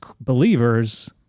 believers